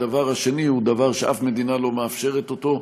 הדבר השני הוא דבר שאף מדינה לא מאפשרת אותו,